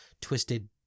twisted